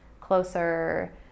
closer